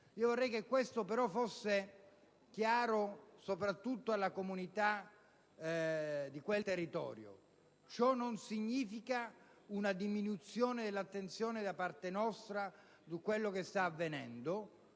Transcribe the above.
Vorrei però fosse chiaro, soprattutto alla comunità di quel territorio, che ciò non significa una diminuzione dell'attenzione da parte nostra su quello che sta avvenendo.